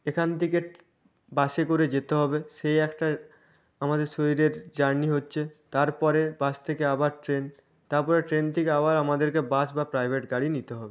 এখান থেকে বাসে করে যেতে হবে সেই একটা আমাদের শরীরের জার্নি হচ্ছে তারপরে বাস থেকে আবার ট্রেন তারপরে ট্রেন থেকে আবার আমাদেরকে বাস বা প্রাইভেট গাড়ি নিতে হবে